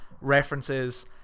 references